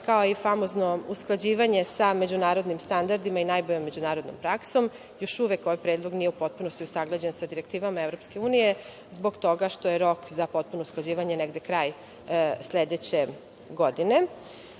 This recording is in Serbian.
kao i famozno usklađivanje sa međunarodnim standardima i najboljom međunarodnom praksom. Još uvek ovaj predlog nije u potpunosti usaglašen sa direktivama EU, zbog toga što je rok za potpuno usklađivanje negde kraj sledeće